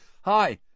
Hi